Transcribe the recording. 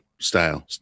style